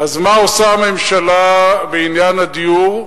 מה עושה הממשלה בעניין הדיור?